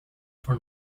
for